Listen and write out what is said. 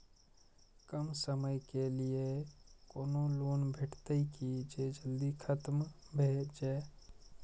कम समय के लीये कोनो लोन भेटतै की जे जल्दी खत्म भे जे?